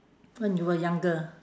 when you were younger